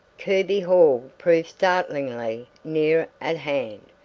kirby hall proved startlingly near at hand.